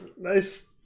Nice